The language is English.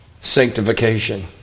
sanctification